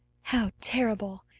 how terrible!